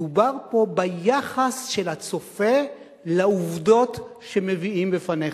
מדובר פה ביחס של הצופה לעובדות שמביאים בפניך.